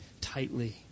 tightly